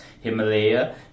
Himalaya